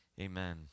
Amen